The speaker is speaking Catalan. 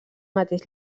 mateix